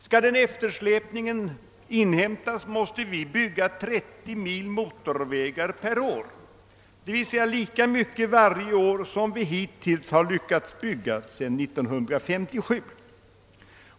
Skall denna eftersläpning inhämtas måste vi bygga 30 mil motorvägar per år, d. v. s. lika mycket varje år som vi hittills lyckats bygga sedan 1957.